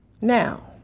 Now